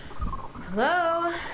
Hello